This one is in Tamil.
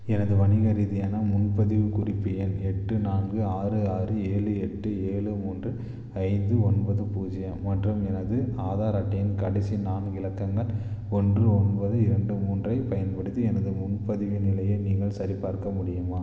எனது வணிக ரீதியான முன்பதிவுக் குறிப்பு எண் எட்டு நான்கு ஆறு ஆறு ஏழு எட்டு ஏழு மூன்று ஐந்து ஒன்பது பூஜ்ஜியம் மற்றும் எனது ஆதார் அட்டையின் கடைசி நான்கு இலக்கங்கள் ஒன்று ஒன்போது இரண்டு மூன்றைப் பயன்படுத்தி எனது முன்பதிவின் நிலையை நீங்கள் சரிபார்க்க முடியுமா